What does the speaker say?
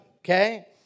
okay